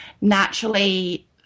naturally